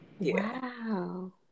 Wow